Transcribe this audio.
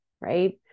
right